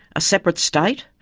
a separate state?